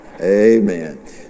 Amen